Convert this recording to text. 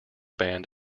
band